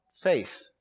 faith